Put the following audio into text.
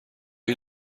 این